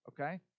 Okay